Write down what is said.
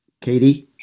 Katie